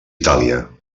itàlia